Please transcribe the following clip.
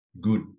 good